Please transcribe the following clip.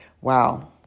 Wow